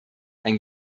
ein